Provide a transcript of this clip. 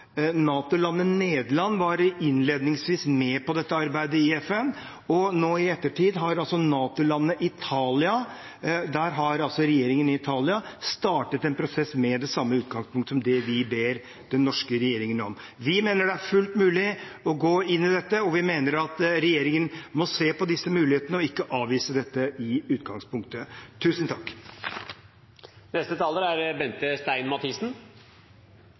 Nederland var innledningsvis med på dette arbeidet i FN, og nå i ettertid har regjeringen i NATO-landet Italia startet en prosess med det samme utgangspunktet som det vi ber den norske regjeringen om. Vi mener det er fullt mulig å gå inn i dette, og vi mener at regjeringen må se på disse mulighetene og ikke avvise dette i utgangspunktet. Regjeringen Solberg fikk fornyet tillit ved valget. Det betyr at folk er